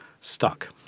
stuck